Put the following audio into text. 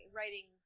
writing